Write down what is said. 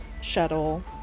shuttle